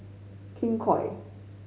King Koil